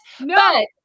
No